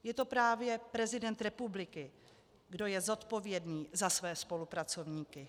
Je to právě prezident republiky, kdo je zodpovědný za své spolupracovníky.